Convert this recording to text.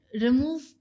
remove